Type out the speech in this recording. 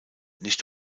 nicht